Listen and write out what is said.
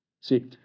See